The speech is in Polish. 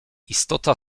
istota